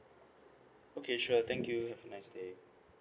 okay sure thank you have a nice day